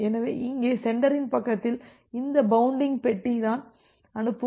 எனவே இங்கே சென்டரின் பக்கத்தில் இந்த பவுன்டிங் பெட்டி தான் அனுப்பும் வின்டோ